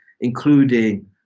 including